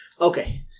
Okay